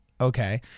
Okay